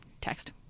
text